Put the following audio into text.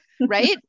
right